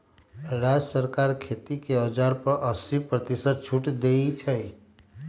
राज्य सरकार खेती के औजार पर अस्सी परतिशत छुट देई छई